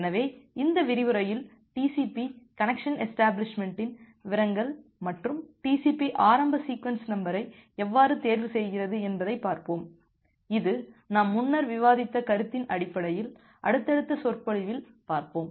எனவேஇந்த விரிவுரையில் TCP connection எஷ்டபிளிஷ்மெண்ட்டின் விவரங்கள் மற்றும் TCP ஆரம்ப சீக்வென்ஸ் நம்பரை எவ்வாறு தேர்வு செய்கிறது என்பதைப் பார்ப்போம் இது நாம் முன்னர் விவாதித்த கருத்தின் அடிப்படையில் அடுத்தடுத்த சொற்பொழிவில் பார்ப்போம்